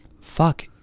fuck